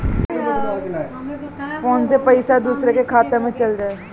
Phone से पईसा दूसरे के खाता में चल जाई?